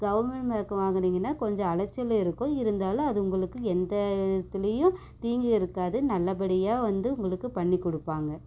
government bank வாங்குனிங்கன்னா கொஞ்ச அலைச்சல் இருக்கும் இருந்தாலும் அது உங்களுக்கு எந்த இதுலையும் தீங்கு இருக்காது நல்லபடியாக வந்து உங்களுக்கு பண்ணிக் கொடுப்பாங்க